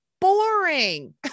boring